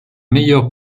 meilleure